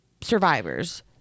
survivors